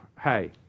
hey